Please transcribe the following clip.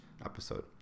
episode